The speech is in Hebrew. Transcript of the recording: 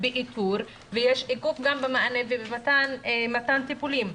באיתור ויש עיכוב גם במענה ובמתן טיפולים.